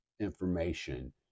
information